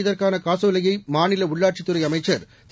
இதற்கான காசோலையை மாநில உள்ளாட்சித் துறை அமைச்சர் திரு